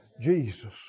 Jesus